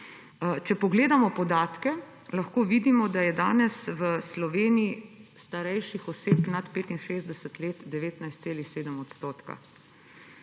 Če pogledamo podatke, lahko vidimo, da je danes v Sloveniji starejših oseb nad 65 let 19,7 %.